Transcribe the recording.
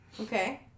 okay